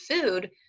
food